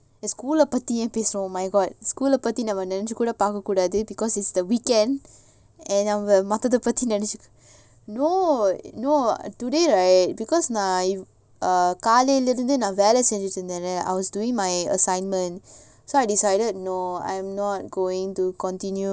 the school facilities because it's the weekend and no no today right because நான்காலைலஇருந்துநான்வேலசெஞ்சிட்டுருந்தேன்:nan kalaila irunthu nan vela senjiturunthen I was doing my assignment so I decided no I'm not going to continue